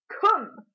come